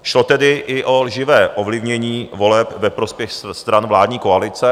Šlo tedy o lživé ovlivnění voleb ve prospěch stran vládní koalice.